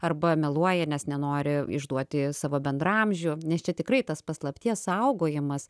arba meluoja nes nenori išduoti savo bendraamžių nes čia tikrai tas paslapties saugojimas